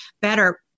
better